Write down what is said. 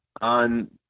on